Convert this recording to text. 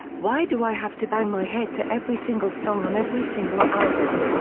why do i have to bang my head to every single song on every single album?